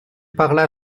parla